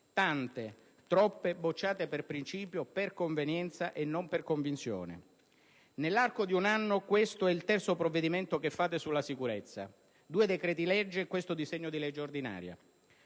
tante, troppe bocciate per principio, per convenienza e non per convinzione. Nell'arco di un anno questo è il terzo provvedimento che adottate sulla sicurezza: due decreti-legge e questo disegno di legge.